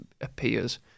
appears